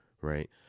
right